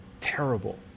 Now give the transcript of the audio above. terrible